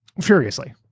Furiously